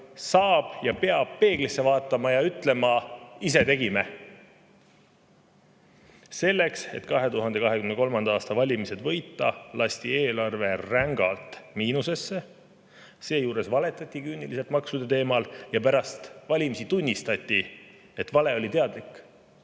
saab ja peab peeglisse vaatama ja ütlema: "Ise tegime." Selleks, et 2023. aasta valimised võita, lasti eelarve rängalt miinusesse. Seejuures valetati küüniliselt maksude teemal ja pärast valimisi tunnistati, et vale oli teadlik.